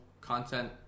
content